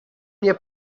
nie